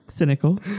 cynical